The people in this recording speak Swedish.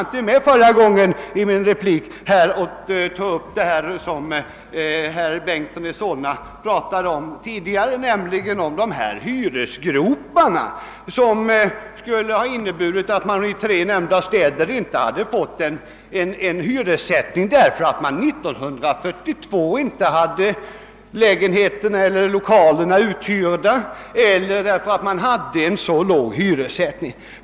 I min förra replik hann jag inte med att bemöta vad herr Bengtson i Solna tidigare talade om, nämligen hyresgroparna som skulle ha inneburit att man i tre nämnda städer inte fått en skälig hyressättning därför att man 1942 inte hade lägenheterna eller lokalerna uthyrda eller därför att man då hade exceptionellt låg hyressättning.